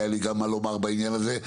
היה לי גם מה לומר בעניין הזה,